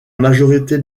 majorité